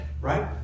right